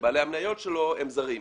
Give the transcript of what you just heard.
שבעלי המניות שלו הם זרים.